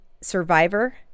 survivor